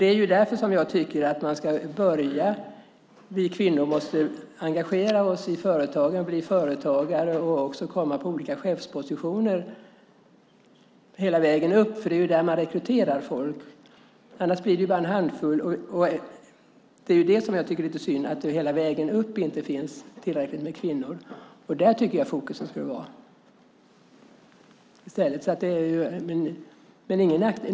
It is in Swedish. Det är anledningen till att jag tycker att vi kvinnor måste engagera oss i företagen, bli företagare och komma på olika chefspositioner hela vägen upp - det är ju så folk rekryteras - annars blir det bara en handfull kvinnor. Det jag tycker är lite synd är just att det inte finns tillräckligt med kvinnor hela vägen upp. Där tycker jag att fokus skulle ligga.